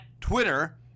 Twitter